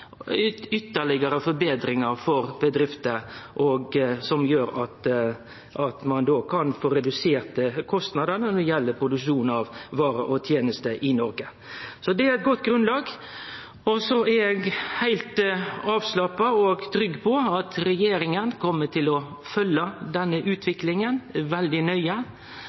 ein kan få redusert kostnadene når det gjeld produksjon av varer og tenester i Noreg. Det er eit godt grunnlag. Så er eg heilt avslappa og trygg på at regjeringa kjem til å følgje denne utviklinga veldig nøye